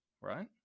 right